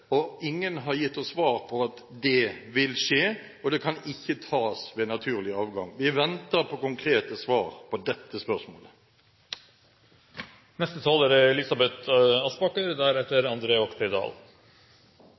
og ingen har gitt oss svaret at det vil skje. Det kan ikke tas ved naturlig avgang. Vi venter på konkrete svar på dette